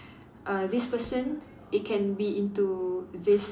uh this person it can be into this